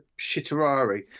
shitterari